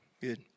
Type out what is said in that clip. Good